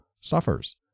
suffers